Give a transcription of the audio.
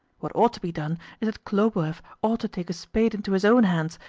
what ought to be done is that khlobuev ought to take a spade into his own hands,